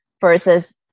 versus